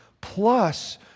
plus